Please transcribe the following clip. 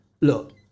Look